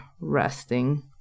resting